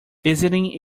visiting